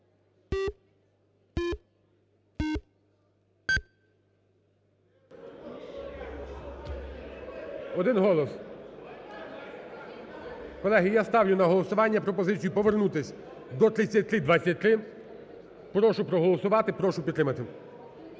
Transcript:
міністра. Отже, ставлю на голосування пропозицію повернутись до 2023. Прошу проголосувати, прошу підтримати.